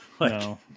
no